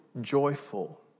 joyful